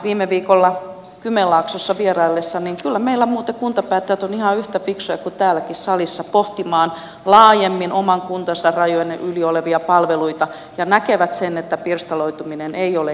viime viikolla kymenlaaksossa vieraillessani kyllä meillä muuten kuntapäättäjät ovat ihan yhtä fiksuja kuin täälläkin salissa pohtimaan laajemmin oman kuntansa rajojen yli olevia palveluita ja näkevät sen että pirstaloituminen ei ole järkevää